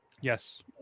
Yes